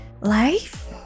Life